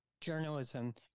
journalism